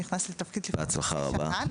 נכנסתי לתפקיד לפני חצי שנה,